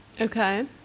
Okay